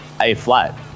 A-flat